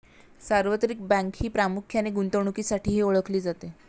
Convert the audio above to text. सार्वत्रिक बँक ही प्रामुख्याने गुंतवणुकीसाठीही ओळखली जाते